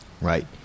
Right